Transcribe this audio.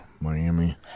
Miami